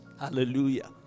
Hallelujah